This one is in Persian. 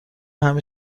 همه